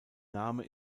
name